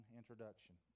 introduction